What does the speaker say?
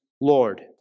Lord